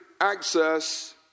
access